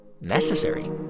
necessary